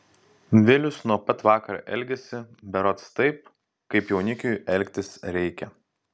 vilius nuo pat vakar elgiasi berods taip kaip jaunikiui elgtis reikia